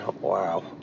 Wow